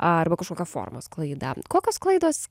arba kažkokia formos klaida kokios klaidos